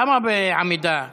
למה בעמידה כולכם?